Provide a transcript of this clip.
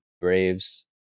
Braves